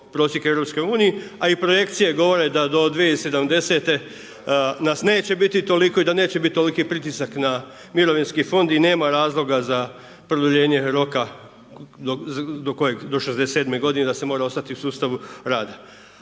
prosjek u EU a i projekcije govore da do 2070.-te nas neće biti toliko i da neće biti toliki pritisak na mirovinski fond i nema razloga za produljenje roka do 67 godine da se mora ostati u sustavu rada.